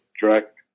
direct